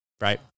Right